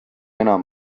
enam